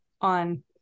on